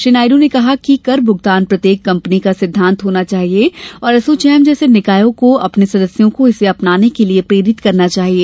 श्री नायडू ने कहा कि कर भुगतान प्रत्येक कंपनी का सिद्धांत होना चाहिए और एसोचैम जैसे निकायों को अपनेसदस्यों को इसे अपनाने के लिए प्रेरित करना चाहिए